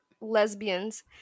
lesbians